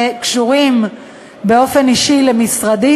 שקשורים באופן אישי למשרדי,